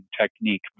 technique